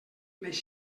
les